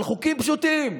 על חוקים פשוטים,